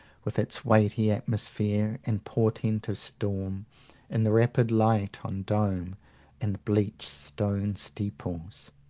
with its weighty atmosphere, and portent of storm in the rapid light on dome and bleached stone steeples.